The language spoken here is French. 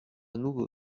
nouveau